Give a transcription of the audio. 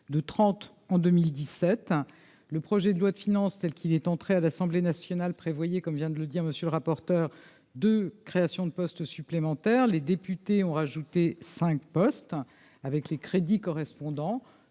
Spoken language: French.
de 30 en 2017, le projet de loi de finances, telle qu'il est entré à l'Assemblée nationale prévoyait, comme vient de le dire, monsieur le rapporteur, de création de postes supplémentaires, les députés ont rajouté 5 postes. Avec les crédits correspondants,